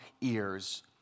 ears